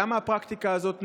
למה הפרקטיקה הזאת נוהגת?